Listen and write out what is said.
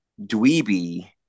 Dweeby